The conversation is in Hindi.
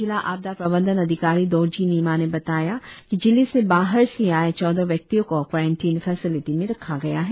जिला आपदा प्रबंधन आधिकारी दोरजी निमा ने बताया की जिले से बाहर से आए चौदह व्यक्तियों को क्वारेंटिन फेसिलिटि में रखा गया है